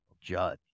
Judge